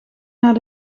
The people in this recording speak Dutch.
naar